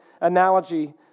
analogy